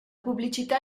pubblicità